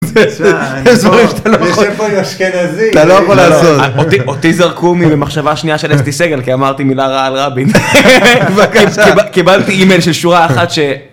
זה שם, זה שם פרק אשכנזי. אתה לא יכול לעזור. אותי זרקו ממחשבה שנייה של אסתי סגל, כי אמרתי מילה רעה על רבין. בבקשה. קיבלתי אימייל של שורה אחת ש...